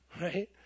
right